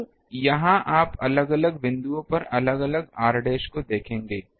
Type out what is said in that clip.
अब यहाँ आप अलग अलग बिंदुओं पर अलग अलग r डैश को देखेंगे